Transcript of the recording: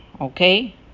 okay